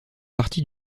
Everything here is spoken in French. partie